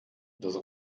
das